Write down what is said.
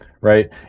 right